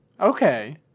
Okay